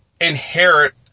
inherit